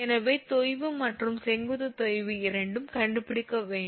எனவே தொய்வு மற்றும் செங்குத்து தொய்வு இரண்டும் கண்டுபிடிக்க வேண்டும்